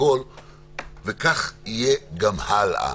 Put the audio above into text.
וכך יהיה גם הלאה.